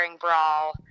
brawl